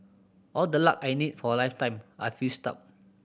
all the luck I need for a lifetime I've used up